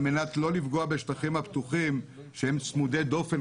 על מנת לא לפגוע בשטחים הפתוחים שהם צמודי דופן,